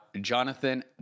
Jonathan